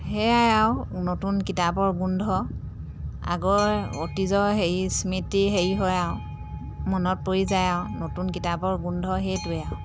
সেয়াই আৰু নতুন কিতাপৰ গোন্ধ আগৰ অতীজৰ হেৰি স্মৃতি হেৰি হয় আৰু মনত পৰি যায় আৰু নতুন কিতাপৰ গোন্ধ সেইটোৱে আৰু